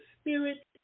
spirit